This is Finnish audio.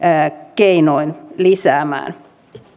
keinoin lisäämään